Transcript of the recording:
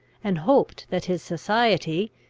and hoped that his society,